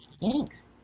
thanks